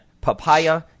papaya